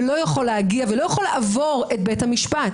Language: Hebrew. ולא יכול להגיע ולא יכול לעבור את בית המשפט.